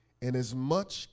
Inasmuch